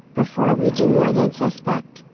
before we do more than suspect,